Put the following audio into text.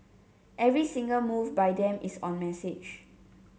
every single move by them is on message